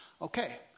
Okay